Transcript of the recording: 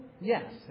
Yes